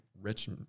rich